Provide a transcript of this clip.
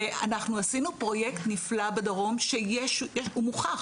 ואנחנו עשינו פרויקט נפלא בדרום שהוא מוכח,